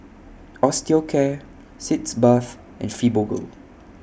Osteocare Sitz Bath and Fibogel